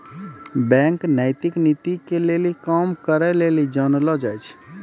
bank नैतिक नीति के लेली काम करै लेली जानलो जाय छै